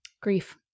Grief